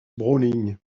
browning